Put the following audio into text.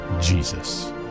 Jesus